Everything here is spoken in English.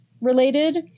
related